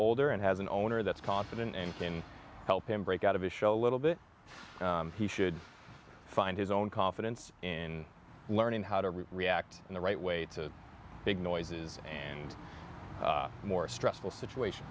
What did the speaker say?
older and has an owner that's confident and can help him break out of his show a little bit he should find his own confidence in learning how to react in the right way to big noises and more stressful situation